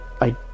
I